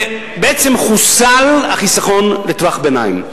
בעצם חוסל החיסכון לטווח ביניים.